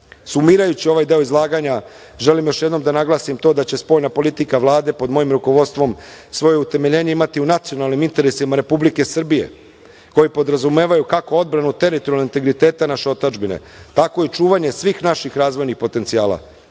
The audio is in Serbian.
strane. Sumirajući ovaj deo izlaganja želim još jednom da naglasim to da će spoljna politika Vlade, pod mojim rukovodstvom, svoje utemeljenje imati u nacionalnim interesima Republike Srbije koji podrazumevaju kako odbranu teritorijalnog integriteta naše otadžbine, tako i čuvanje svih naših razvojnih potencijala.